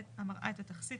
המראה את התכסית,